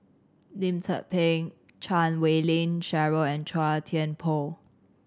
Lim Tze Peng Chan Wei Ling Cheryl and Chua Thian Poh